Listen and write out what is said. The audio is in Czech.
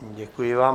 Děkuji vám.